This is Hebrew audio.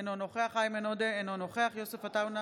אינו נוכח איימן עודה, אינו נוכח יוסף עטאונה,